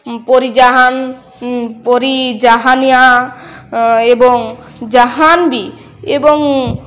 ପରିଜାହାନ ପରିଜାହାନିଆ ଏବଂ ଜାହାନ ବି ଏବଂ